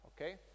okay